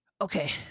Okay